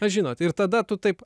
na žinot ir tada tu taip